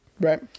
Right